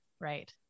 Right